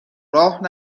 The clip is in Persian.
راه